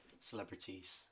celebrities